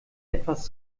etwas